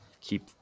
keep